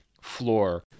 floor